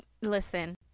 Listen